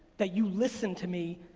that you listen to me,